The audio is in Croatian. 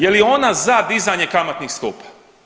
Je li ona za dizanje kamatnih stopa?